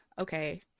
okay